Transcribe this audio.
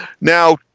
Now